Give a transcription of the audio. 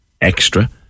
extra